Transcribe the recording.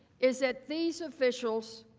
is that these officials,